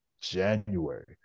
January